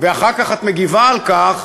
ואחר כך את מגיבה על כך,